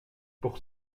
pour